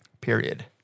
Period